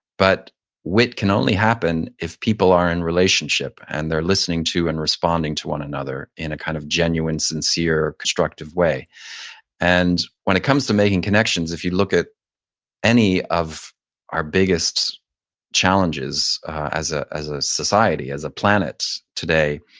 but wit can only happen if people are in relationship and they're listening to and responding to one another in a kind of genuine, sincere, constructive way and when it comes to making connections, if you look at any of our biggest challenges as ah as a society, as a planet today,